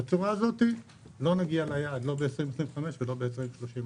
בצורה הזאת לא נגיע ליעד, לא ב-2025 ולא ב-2030.